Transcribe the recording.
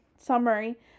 summary